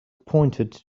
pointed